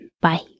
Bye